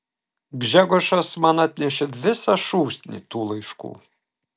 gžegožas man atnešė visą šūsnį tų laiškų